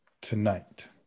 tonight